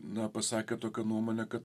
na pasakė tokią nuomonę kad